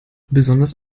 besonders